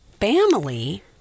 family